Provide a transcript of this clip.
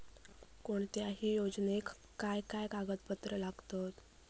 कोणत्याही योजनेक काय काय कागदपत्र लागतत?